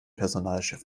personalchef